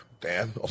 Dan